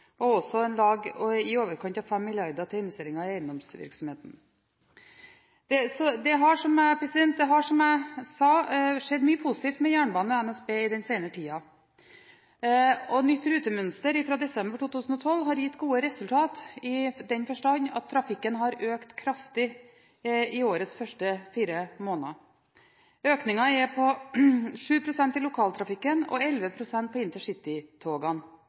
har også en viss tilstedeværelse i Sverige og Danmark. NSB har foreslått et investeringsprogram på 16 mrd. kr i planperioden. Det inkluderer 5,8 mrd. kr i investeringer til persontog, om lag 4,2 mrd. kr i investeringer i bussvirksomheten og i overkant av 5 mrd. kr i investeringer i eiendomsvirksomheten. Det har, som jeg sa, skjedd mye positivt med jernbanen og NSB den senere tiden. Nytt rutemønster fra desember 2012 har gitt gode resultater i den forstand at trafikken har økt